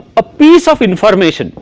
a piece of information.